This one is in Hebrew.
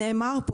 נאמר פה